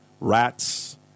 Rats